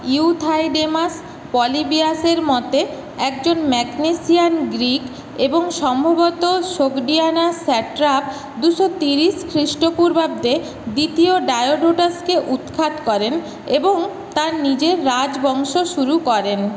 Euthydemus পলিবিয়াসের মতে একজন ম্যাগনেসিয়ান গ্রীক এবং সম্ভবত সোগডিয়ানার স্যাট্রাপ দুশো তিরিশ খ্রিস্টপূর্বাব্দে দ্বিতীয় ডায়োডোটাসকে উৎখাত করেন এবং তার নিজের রাজবংশ শুরু করেন